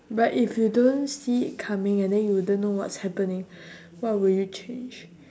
but if you don't see it coming and then you wouldn't know what's happening what would you change